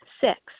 Six